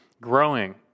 growing